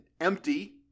empty